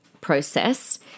process